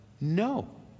no